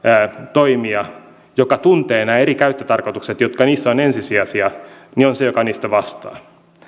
toimija joka tuntee nämä eri käyttötarkoitukset jotka niissä ovat ensisijaisia on se joka niistä vastaa minä en